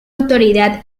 autoridad